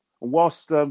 whilst